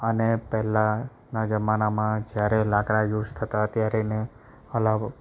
અને પહેલાંના જમાનામાં જ્યારે લાકડાં યુઝ થતાં ત્યારે એને હલાવ